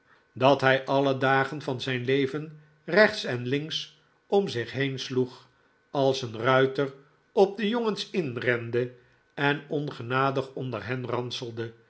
dat hij alle dagen van zijn leven rechts en links om zich heen sloeg als een ruiter op de jongens inrende en ongenadig onder hen ranselde dat